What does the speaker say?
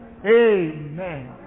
Amen